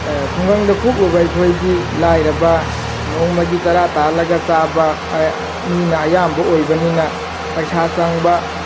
ꯈꯨꯡꯒꯪꯗ ꯄꯣꯛꯂꯨꯕ ꯑꯩꯈꯣꯏꯗꯤ ꯂꯥꯏꯔꯕ ꯅꯣꯡꯃꯒꯤ ꯆꯔꯥ ꯇꯥꯜꯂꯒ ꯆꯥꯕ ꯃꯤꯅ ꯑꯌꯥꯝꯕ ꯑꯣꯏꯕꯅꯤꯅ ꯄꯩꯁꯥ ꯆꯪꯕ